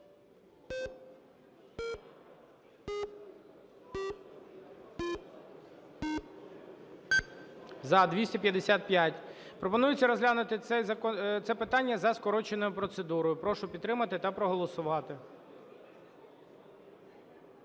За-255 Пропонується розглянути це питання за скороченою процедурою. Прошу підтримати та проголосувати.